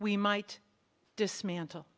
we might dismantle